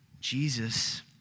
Jesus